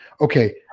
okay